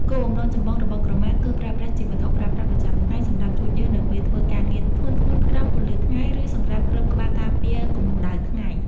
គោលបំណងចម្បងរបស់ក្រមាគឺប្រើប្រាស់ជា វត្ថុប្រើប្រាស់ប្រចាំថ្ងៃ សម្រាប់ជូតញើសនៅពេលធ្វើការងារធ្ងន់ៗក្រោមពន្លឺថ្ងៃ ឬសម្រាប់គ្របក្បាលការពារកម្ដៅថ្ងៃ។